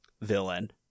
villain